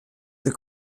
the